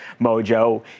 Mojo